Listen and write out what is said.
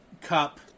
cup